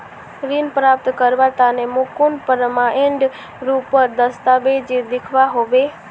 ऋण प्राप्त करवार तने मोक कुन प्रमाणएर रुपोत दस्तावेज दिखवा होबे?